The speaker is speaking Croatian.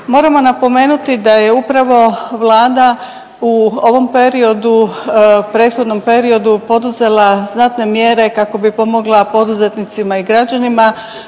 Moramo napomenuti da je upravo Vlada u ovom periodu, prethodnom periodu poduzela znatne mjere kako bi pomogla poduzetnicima i građanima